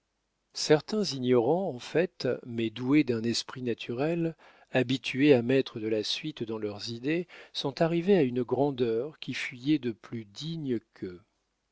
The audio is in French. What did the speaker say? certains ignorants en fait mais doués d'un esprit naturel habitués à mettre de la suite dans leurs idées sont arrivés à une grandeur qui fuyait de plus dignes qu'eux